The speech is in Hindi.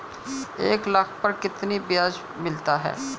एक लाख पर कितना ब्याज मिलता है?